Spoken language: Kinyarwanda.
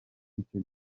icyo